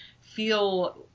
feel